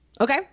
Okay